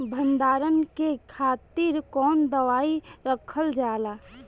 भंडारन के खातीर कौन दवाई रखल जाला?